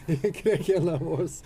į krekenavos